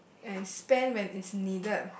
and spend when it's needed